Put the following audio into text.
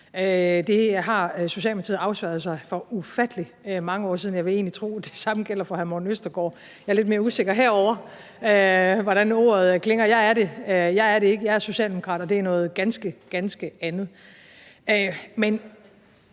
Det har Socialdemokratiet afsværget sig for ufattelig mange år siden, og jeg vil egentlig tro, at det samme gælder for hr. Morten Østergaard. Jeg er lidt mere usikker på, hvordan ordet klinger herovre. Jeg er det i hvert fald ikke, jeg er Socialdemokrat, og det er noget ganske, ganske andet.